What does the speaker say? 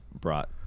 brought –